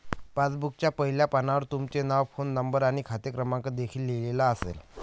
पासबुकच्या पहिल्या पानावर तुमचे नाव, फोन नंबर आणि खाते क्रमांक देखील लिहिलेला असेल